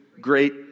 great